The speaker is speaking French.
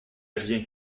rien